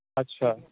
अच्छा